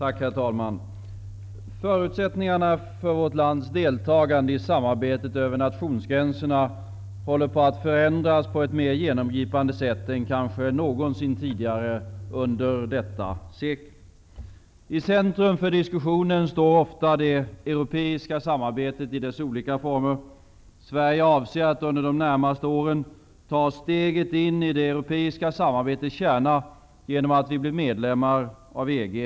Herr talman! Förutsättningarna för vårt lands deltagande i samarbetet över nationsgränserna håller på att förändras på ett mer genomgripande sätt än kanske någonsin tidigare under detta sekel. I centrum för diskussionen står ofta det europeiska samarbetet i dess olika former. Sverige avser att under de närmaste åren ta steget in i det europeiska samarbetets kärna genom att vi blir medlem i EG.